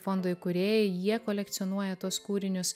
fondo įkūrėjai jie kolekcionuoja tuos kūrinius